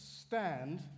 stand